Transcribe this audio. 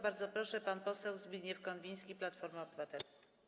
Bardzo proszę, pan poseł Zbigniew Konwiński, Platforma Obywatelska.